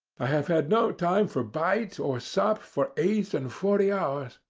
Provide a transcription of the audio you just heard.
i have had no time for bite or sup for eight-and-forty hours.